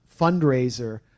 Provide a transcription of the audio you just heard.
fundraiser